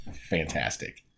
Fantastic